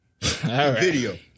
Video